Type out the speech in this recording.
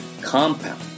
compound